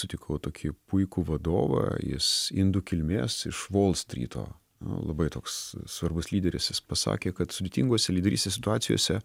sutikau tokį puikų vadovą jis indų kilmės iš volstryto labai toks svarbus lyderis jis pasakė kad sudėtingose lyderystės situacijose